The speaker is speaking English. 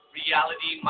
reality